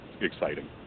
exciting